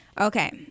Okay